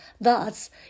Thus